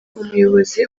umuyobozi